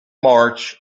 march